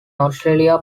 australia